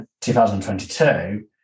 2022